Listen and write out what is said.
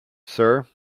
sir